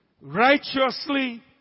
righteously